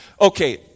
okay